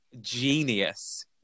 genius